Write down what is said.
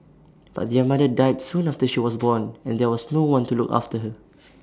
but their mother died soon after she was born and there was no one to look after her